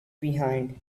behind